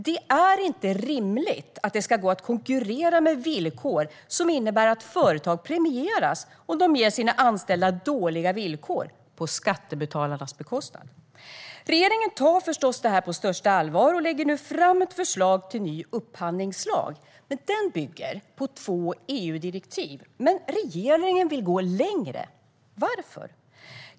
Det är inte rimligt att det ska gå att konkurrera med villkor som innebär att företag premieras om de ger sina anställda dåliga villkor på skattebetalarnas bekostnad. Regeringen tar förstås det här på största allvar och lägger nu fram ett förslag till ny upphandlingslag. Den bygger på två EU-direktiv, men regeringen vill gå längre. Varför?